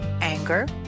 Anger